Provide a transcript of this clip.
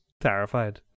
terrified